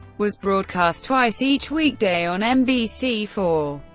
was broadcast twice each weekday on mbc four.